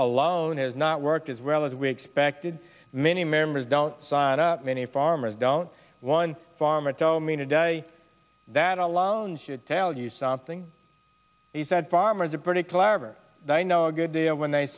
alone has not worked as well as we expected many members don't sign up many farmers don't one farmer told me today that alone should tell you something is that farmers a pretty clever i know a good idea when they